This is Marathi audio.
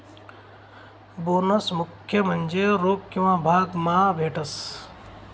बोनस मुख्य म्हन्जे रोक किंवा भाग मा भेटस